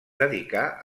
dedicà